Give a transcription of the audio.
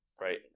right